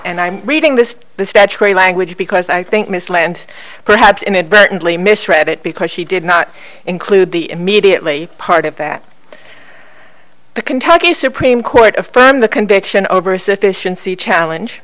and i'm reading this the statutory language because i think misled and perhaps inadvertently misread it because she did not include the immediately part of that the kentucky supreme court affirmed the conviction over a sufficiency challenge